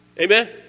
Amen